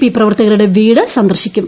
P പ്രവർത്തകരുടെ വീട്ട് സന്ദർശിക്കും